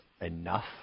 enough